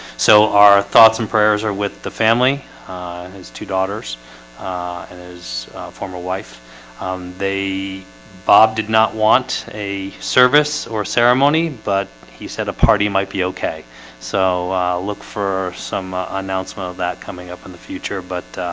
so our thoughts and prayers are with the family and his two daughters and his former wife they bob did not want a service or ceremony, but he said a party might be okay so look for some announcement of that coming up in the future, but